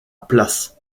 places